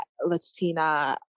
Latina